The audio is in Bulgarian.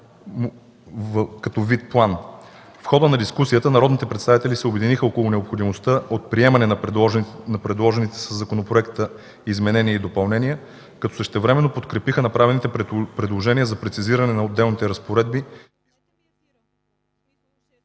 като същевременно подкрепиха направените предложения за прецизиране на отделните разпоредби